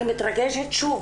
אני מתרגשת שוב.